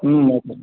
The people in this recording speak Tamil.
ம் ஓகே